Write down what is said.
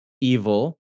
evil